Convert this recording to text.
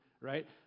right